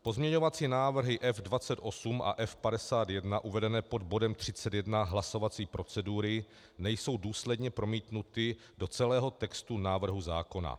Pozměňovací návrhy F28 a F51, uvedené pod bodem 31 hlasovací procedury, nejsou důsledně promítnuty do celého textu návrhu zákona.